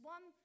One